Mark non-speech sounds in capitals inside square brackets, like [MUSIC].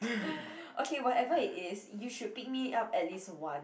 [NOISE] okay whatever it is you should pick me up at least once